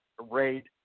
rate